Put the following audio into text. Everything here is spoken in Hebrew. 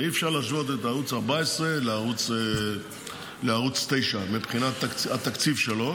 אי-אפשר להשוות את ערוץ 14 לערוץ 9 מבחינת התקציב שלו,